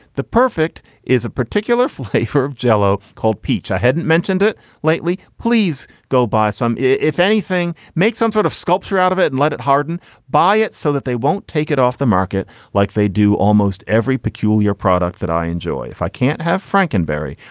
the perfect is a particular flavor of jell-o called peach. i hadn't mentioned it lately. please go buy some. if anything, make some sort of sculpture out of it and let it harden by it so that they won't take it off the market like they do almost every peculiar product that i enjoy. if i can't have frankin berry,